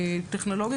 טכנולוגי.